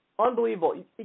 Unbelievable